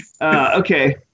Okay